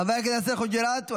חבר הכנסת יאסר חוג'יראת?